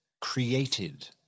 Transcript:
created